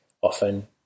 often